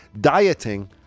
dieting